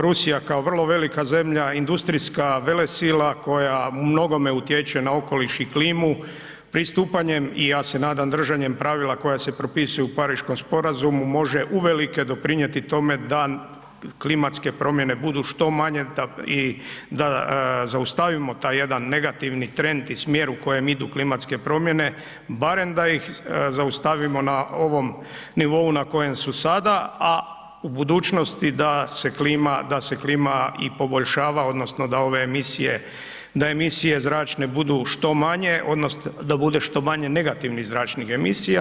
Rusija kao vrlo velika zemlja, industrijska velesila koja u mnogome utječe na okoliš i klimu, pristupanjem i ja se nadam držanjem pravila koja se propisuju u Pariškom sporazumu može uvelike doprinijeti tome da klimatske promjene budu što manje i da zaustavimo taj jedan negativni trend i smjer u kojem idu klimatske promjene, barem da ih zaustavimo na ovom nivou na kojem su sada, a u budućnosti da se klima i poboljšava odnosno da ove emisije zračne budu što manje odnosno da bude što manje negativnih zračnih emisija.